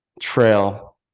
trail